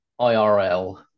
IRL